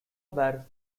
were